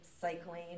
cycling